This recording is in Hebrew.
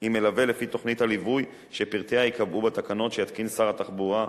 עם מלווה לפי תוכנית הליווי שפרטיה ייקבעו בתקנות שיתקין שר התחבורה,